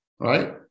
right